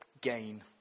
gain